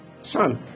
Son